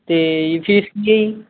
ਅਤੇ ਫੀਸ ਕੀ ਹੈ ਜੀ